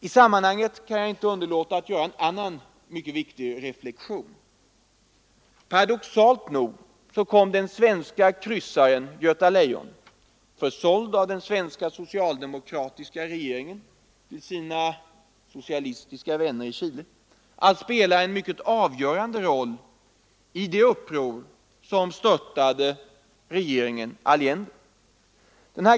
I sammanhanget kan jag inte underlåta att göra en annan reflexion. Paradoxalt nog kom kryssaren Göta Lejon, försåld av den svenska socialdemokratiska regeringen till dess socialistiska vänner i Chile, att spela en betydelsefull roll i det uppror som störtade regeringen Allende.